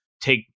take